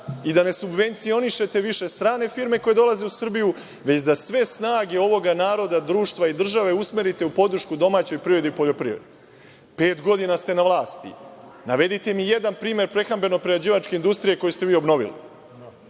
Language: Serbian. i da ne subvencionišete više strane firme koje dolaze u Srbiju, već da sve snage ovoga naroda, društva i države, usmerite u podršku domaćoj privredi i poljoprivredi. Pet godina ste na vlasti, navedite mi jedan primer prehrambeno-prerađivačke industrije koju ste vi obnovili.